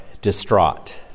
distraught